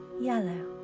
yellow